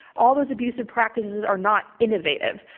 all those abusive practices are not innovative.